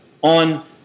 on